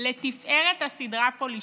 לתפארת הסדרה פולישוק,